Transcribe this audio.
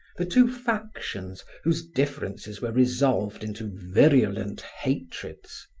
the two factions whose differences were resolved into virulent hatreds.